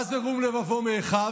מה זה "רום לבבו מאחיו"?